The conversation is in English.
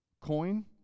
coin